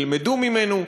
ילמדו ממנו,